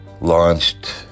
launched